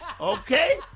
okay